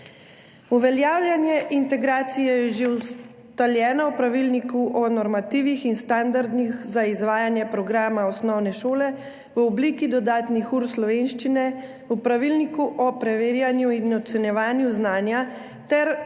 Uveljavljanje integracije je že ustaljeno v Pravilniku o normativih in standardih za izvajanje programa osnovne šole v obliki dodatnih ur slovenščine, v Pravilniku o preverjanju in ocenjevanju znanja ter napredovanju